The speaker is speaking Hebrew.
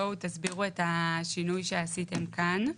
בואו תסבירו את השינוי שעשיתם כאן.